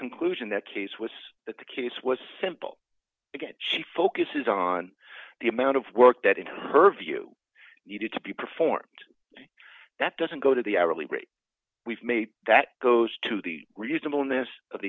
conclusion that case was that the case was simple she focuses on the amount of work that in her view needed to be performed that doesn't go to the hourly rate we've made that goes to the reasonable